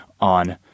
on